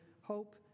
hope